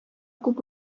күп